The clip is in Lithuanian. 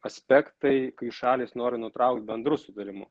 aspektai kai šalys nori nutraukt bendru sutarimu